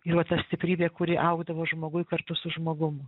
ir va stiprybė kuri augdavo žmoguj kartu su žmogum